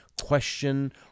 question